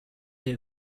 day